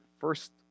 first